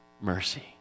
mercy